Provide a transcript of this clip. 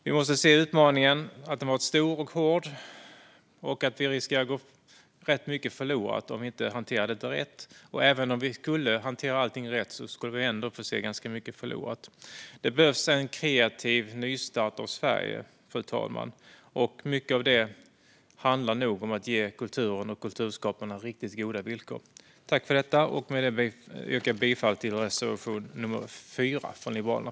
Vi måste se att utmaningen har varit stor och hård, och mycket riskerar att gå förlorat om vi inte hanterar utmaningen rätt. Även om vi skulle hantera allt rätt skulle vi ändå få se att mycket har gått förlorat. Fru talman! Det behövs en kreativ nystart av Sverige. Mycket handlar om att ge kulturen och kulturskaparna riktigt goda villkor. Jag yrkar bifall till reservation 4 från Liberalerna.